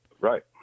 right